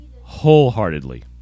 wholeheartedly